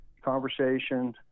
conversation